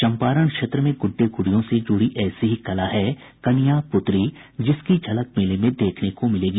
चंपारण क्षेत्र में गुड्डे गुड़ियों से जुडी ऐसी ही कला है कनिया पुतरी जिसकी झलक मेले में देखने को मिलेगी